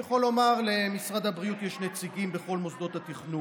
אני יכול לומר: למשרד הבריאות יש נציגים בכל מוסדות התכנון,